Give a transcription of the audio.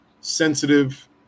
sensitive